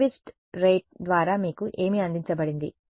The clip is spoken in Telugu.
నైక్విస్ట్ రేట్ ద్వారా మీకు ఏమి అందించబడింది